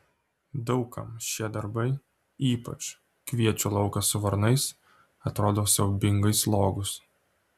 daug kam šie darbai ypač kviečių laukas su varnais atrodo siaubingai slogūs